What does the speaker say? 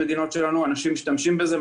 אנשים משתמשים בזה,